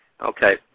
Okay